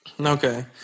okay